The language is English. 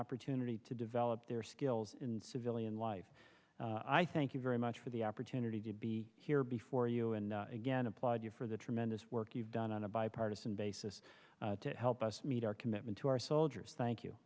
opportunity to develop their skills in civilian life i thank you very much for the opportunity to be here before you and again applaud you for the tremendous work you've done on a bipartisan basis to help us meet our commitment to our soldiers thank you